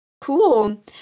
Cool